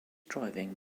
driving